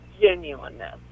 genuineness